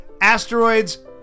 Asteroids